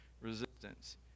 resistance